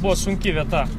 buvo sunki vieta